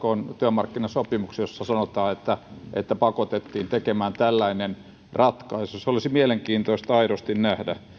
työmarkkinasopimuksen jossa sanotaan että pakotettiin tekemään tällainen ratkaisu se olisi aidosti mielenkiintoista nähdä